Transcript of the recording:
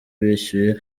bishyuye